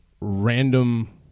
random